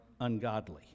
ungodly